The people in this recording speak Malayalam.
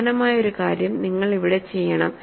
സമാനമായ ഒരു കാര്യം നിങ്ങൾ ഇവിടെ ചെയ്യണം